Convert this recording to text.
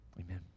Amen